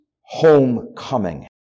homecoming